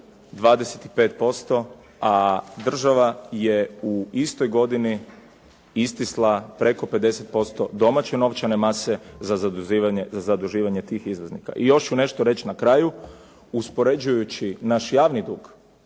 25%, a država je u istoj godini istisla preko 50% domaće novčane mase za zaduživanje tih izvoznika. I još ću nešto reći na kraju, uspoređujući naš javni dug